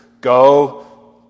go